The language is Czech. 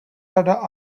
rada